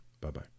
Bye-bye